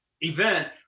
event